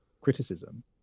criticism